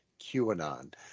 QAnon